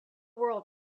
world